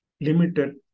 limited